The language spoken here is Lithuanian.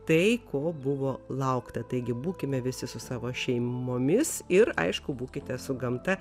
tai ko buvo laukta taigi būkime visi su savo šeimomis ir aišku būkite su gamta